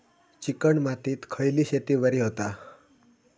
Chicken मातीत खयली शेती बरी होता?